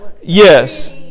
Yes